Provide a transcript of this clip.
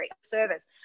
service